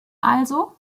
also